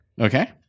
Okay